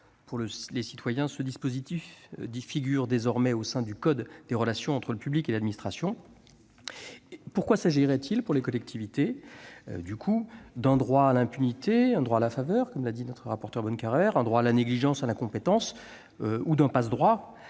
Pour les citoyens, ce dispositif figure désormais au sein du code des relations entre le public et l'administration. Il ne s'agit pas de consacrer pour les collectivités un droit à l'impunité, un droit à la faveur, comme l'a dit notre rapporteur, un droit à la négligence, à l'incompétence ou un passe-droit